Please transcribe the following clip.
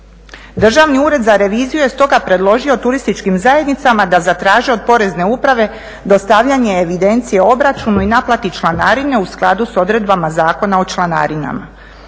Državni ured za reviziju je stoga predložio turističkim zajednicama da zatraže od porezne uprave dostavljanje evidencije o obračunu i naplati članarine u skladu s odredbama Zakona o članarinama.